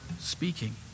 speaking